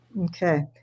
Okay